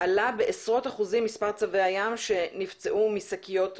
עלה בעשרות אחוזים מספר צבי הים שנפצעו משקיות פלסטיק.